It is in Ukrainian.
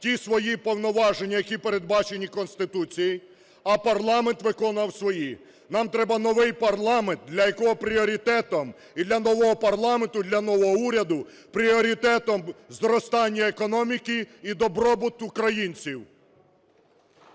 ті свої повноваження, які передбачені Конституцією, а парламент виконував свої. Нам треба новий парламент, для якого пріоритетом, і для нового парламенту, для нового уряду пріоритетом – зростання економіки і добробут українців.